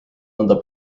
nõnda